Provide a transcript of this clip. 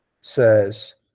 says